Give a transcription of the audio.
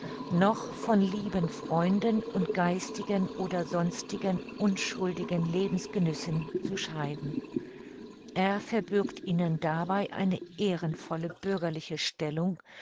noch von lieben freunden und geistigen oder sonstigen unschuldigen lebensgenüssen zu scheiden er verbürgt ihnen dabei eine ehrenvolle bürgerliche stellung